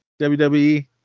WWE